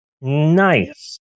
Nice